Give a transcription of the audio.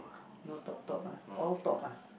no top top all top ah